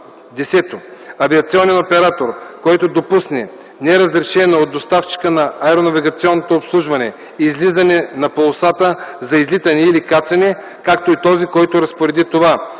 10. авиационен оператор, който допусне неразрешено от доставчика на аеронавигационно обслужване излизане на полосата за излитане и кацане, както и този, който разпореди това;